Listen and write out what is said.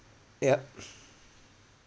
yup